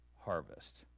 harvest